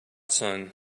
sun